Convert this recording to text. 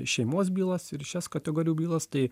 šeimos bylas ir šias kategorijų bylas tai